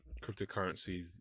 cryptocurrencies